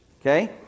okay